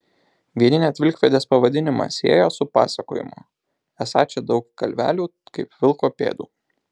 vieni net vilkpėdės pavadinimą sieja su pasakojimu esą čia daug kalvelių kaip vilko pėdų